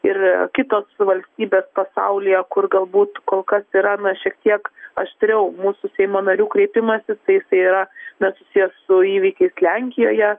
ir kitos valstybės pasaulyje kur galbūt kol kas yra na šiek tiek aštriau mūsų seimo narių kreipimasis tai jisai yra na susijęs su įvykiais lenkijoje